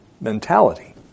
mentality